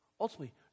ultimately